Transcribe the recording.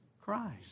Christ